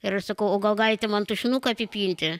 ir aš sakau o gal galite man tušinuką apipinti